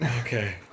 Okay